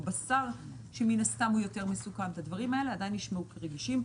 בשר שמן הסתם הוא יותר מסוכן עדיין לשמור כרגישים.